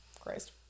Christ